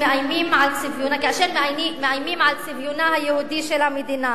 כאשר מאיימים על צביונה היהודי של המדינה.